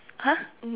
!huh!